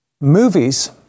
Movies